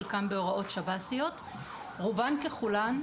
חלקן בהוראות שב"סיות; רובן ככולן,